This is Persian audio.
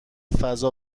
فضا